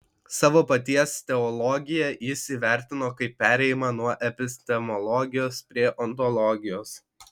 savo paties teologiją jis įvertino kaip perėjimą nuo epistemologijos prie ontologijos